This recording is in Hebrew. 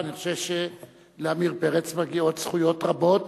ואני חושב שלעמיר פרץ מגיעות זכויות רבות